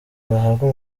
bahabwa